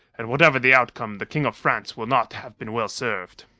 and whatever the outcome the king of france will not have been well served.